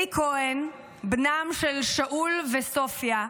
אלי כהן, בנם של שאול וסופיה,